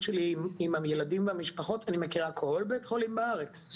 שלי עם ילדים והמשפחות אני מכירה כל בית חולים בארץ,